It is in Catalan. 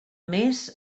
més